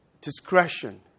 discretion